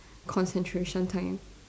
concentration time